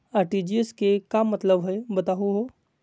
RTGS के का मतलब हई, बताहु हो?